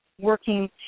working